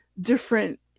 different